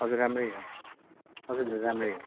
हजुर राम्रै हो हजुर राम्रै हो